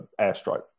airstrike